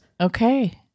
Okay